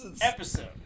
episode